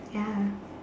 ya